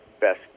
best